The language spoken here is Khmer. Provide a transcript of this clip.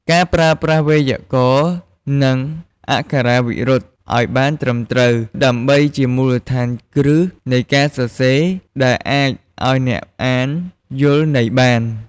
ការប្រើប្រាស់វេយ្យាករណ៍ និងអក្ខរាវិរុទ្ធអោយបានត្រឹមត្រូវ ដើម្បីជាមូលដ្ឋានគ្រឹះនៃការសរសេរដែលអាចឱ្យអ្នកអានយល់ន័យបាន។